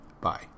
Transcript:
Bye